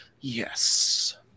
yes